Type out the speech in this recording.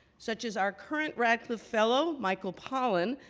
such as our current radcliffe fellow, michael pollan,